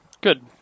Good